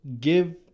give